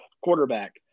quarterback